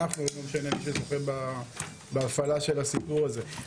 אנחנו לא משנה מי שזוכה בהפעלה של הסיפור הזה,